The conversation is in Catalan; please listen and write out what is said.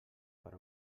per